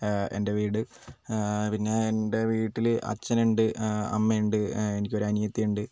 എൻ്റെ വീട് പിന്നെ എൻ്റെ വീട്ടിൽ അച്ഛനുണ്ട് അമ്മയുണ്ട് എനിക്കൊരനിയത്തി ഉണ്ട്